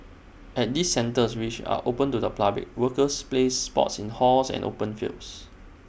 at these centres which are open to the public workers play sports in halls and open fields